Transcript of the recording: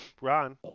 ron